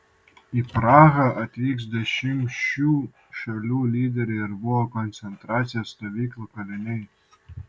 į prahą atvyks dešimčių šalių lyderiai ir buvę koncentracijos stovyklų kaliniai